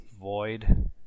void